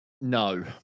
No